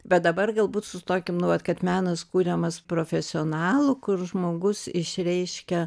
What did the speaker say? bet dabar galbūt sustokim nu vat kad menas kuriamas profesionalų kur žmogus išreiškia